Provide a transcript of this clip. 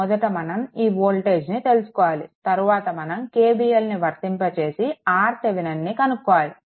మొదట మనం ఈ వోల్టేజ్ని తెలుసుకోవాలి తరవాత మనం KVLను వర్తింపచేసి RTheveninను కనుక్కోవాలి